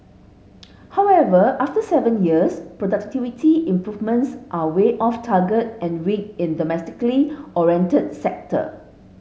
however after seven years productivity improvements are way off target and weak in the domestically oriented sector